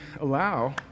allow